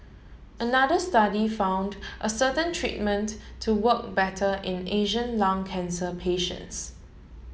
another study found a certain treatment to work better in Asian lung cancer patients